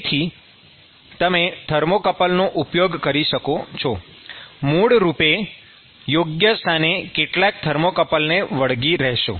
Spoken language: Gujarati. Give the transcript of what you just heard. તેથી તમે થર્મોકપલનો ઉપયોગ કરી શકો છો મૂળરૂપે યોગ્ય સ્થાને કેટલાક થર્મોકપલને વળગી રહેશો